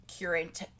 Current